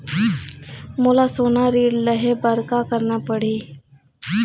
मोला सोना ऋण लहे बर का करना पड़ही?